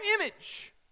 image